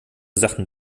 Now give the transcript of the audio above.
sachen